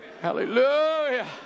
Hallelujah